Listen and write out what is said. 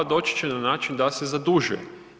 Doći će na način da se zaduže.